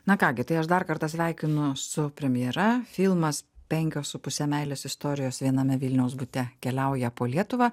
na ką gi tai aš dar kartą sveikinu su premjera filmas penkios su puse meilės istorijos viename vilniaus bute keliauja po lietuvą